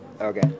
Okay